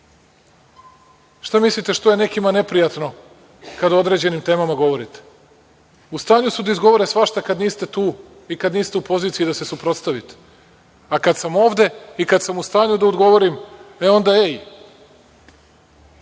Šta mislite, što je nekima neprijatno kada o određenim temama govorite? U stanju su da izgovore svašta kad niste tu i kad niste u poziciji da se suprotstavite. A kad sam ovde i kada sam u stanju da odgovorim, e onda – ej.